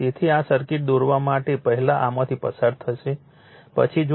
તેથી આ સર્કિટ દોરવા માટે પહેલા આમાંથી પસાર થશે પછી જોશે